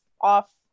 off